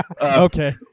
Okay